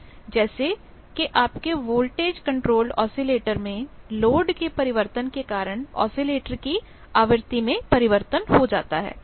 जैसे कि आपके वोल्टेज कण्ट्रोल ऑसिलेटर में लोड के परिवर्तन के कारण ऑसिलेटर की आवृत्ति में परिवर्तन हो जाता है